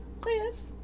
Chris